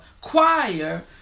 choir